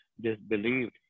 disbelieved